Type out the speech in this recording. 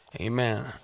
Amen